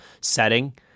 setting